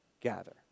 gather